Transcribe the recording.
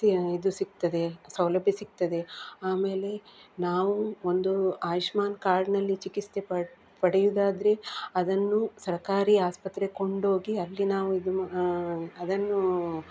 ಇದು ಸಿಗ್ತದೆ ಸೌಲಭ್ಯ ಸಿಗ್ತದೆ ಆಮೇಲೆ ನಾವು ಒಂದು ಆಯುಷ್ಮಾನ್ ಕಾರ್ಡ್ನಲ್ಲಿ ಚಿಕಿತ್ಸೆ ಪಡೆಯೋದಾದ್ರೆ ಅದನ್ನು ಸರಕಾರಿ ಆಸ್ಪತ್ರೆ ಕೊಂಡೋಗಿ ಅಲ್ಲಿ ನಾವು ಇದು ಮಾ ಅದನ್ನು